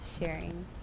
sharing